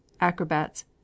acrobats